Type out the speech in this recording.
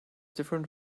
different